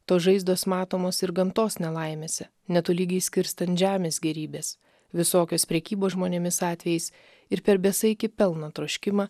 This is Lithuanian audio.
tos žaizdos matomos ir gamtos nelaimėse netolygiai skirstant žemės gėrybes visokios prekybos žmonėmis atvejais ir per besaikį pelno troškimą